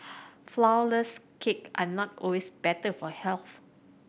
flourless cake are not always better for health